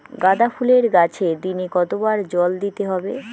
গাদা ফুলের গাছে দিনে কতবার জল দিতে হবে?